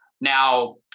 Now